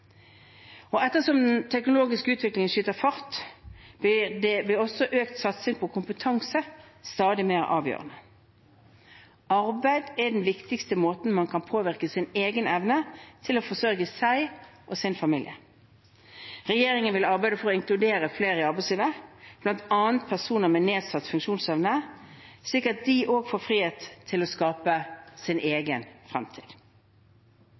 Ettersom den teknologiske utviklingen skyter fart, blir økt satsing på kompetanse stadig mer avgjørende. Arbeid er den viktigste måten man kan påvirke sin egen evne til å forsørge seg og sin familie på. Regjeringen vil arbeide for å inkludere flere i arbeidslivet, bl.a. personer med nedsatt funksjonsevne, slik at også de får frihet til å skape sin